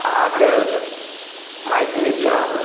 अहाँकेँ मैथिलीसँ